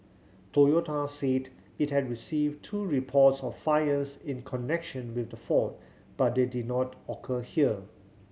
Toyota said it had received two reports of fires in connection with the fault but they did not occur here